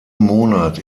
monat